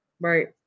Right